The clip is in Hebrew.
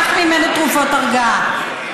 קח ממנו תרופות הרגעה.